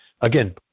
again